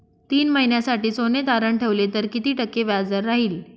तीन महिन्यासाठी सोने तारण ठेवले तर किती टक्के व्याजदर राहिल?